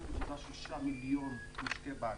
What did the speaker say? נכון ל-2018 היו בישראל כ-2.6 מיליון משקי בית.